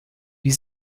wie